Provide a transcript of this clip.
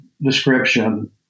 description